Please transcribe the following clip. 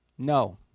No